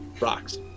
rocks